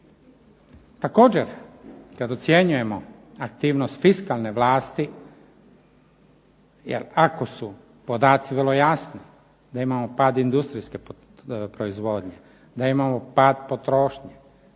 Također kad ocjenjujemo aktivnost fiskalne vlasti jer ako su podaci vrlo jasni da imamo pad industrijske proizvodnje, da imamo pad potrošnje